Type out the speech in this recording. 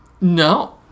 No